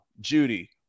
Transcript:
Judy